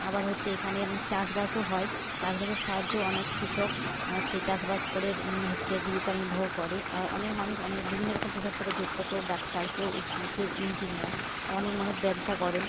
আবার হচ্ছে এইখানে চাষবাসও হয় চাষবাসের সাহায্যেও অনেক কৃষক সেই চাষবাস করে হচ্ছে জীবিকা নির্বাহ করে আবার অনেক মানুষ অনেক বিভিন্ন রকম পেশার সাথে যুক্ত কেউ ডাক্তার কেউ উকিল কেউ ইঞ্জিনিয়ার অনেক মানুষ ব্যবসা করেন